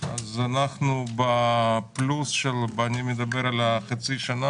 אנחנו בפלוס ואני מדבר על חצי השנה